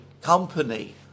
company